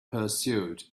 pursuit